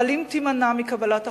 אבל אם תימנע מקבלת החלטות,